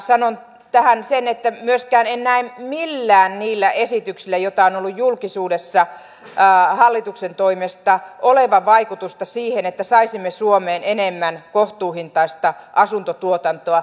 sanon tähän sen että myöskään en näe millään niillä esityksillä joita on ollut julkisuudessa hallituksen toimesta olevan vaikutusta siihen että saisimme suomeen enemmän kohtuuhintaista asuntotuotantoa